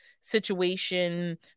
situation